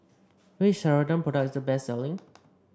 which Ceradan product is the best selling